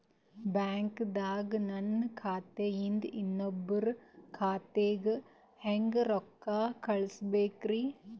ಬ್ಯಾಂಕ್ದಾಗ ನನ್ ಖಾತೆ ಇಂದ ಇನ್ನೊಬ್ರ ಖಾತೆಗೆ ಹೆಂಗ್ ರೊಕ್ಕ ಕಳಸಬೇಕ್ರಿ?